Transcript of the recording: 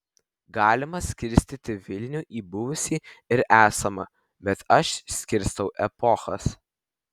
galima skirstyti vilnių į buvusį ir esamą bet aš skirstau epochas